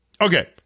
Okay